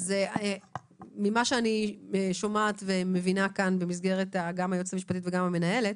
ממה שאני שומעת ומבינה כאן גם מהיועצת המשפטית וגם מהמנהלת,